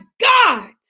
God